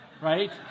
right